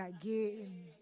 again